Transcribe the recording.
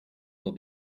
will